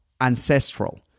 ancestral